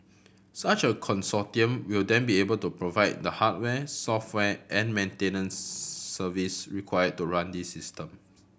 such a consortium will then be able to provide the hardware software and maintenance service required to run this system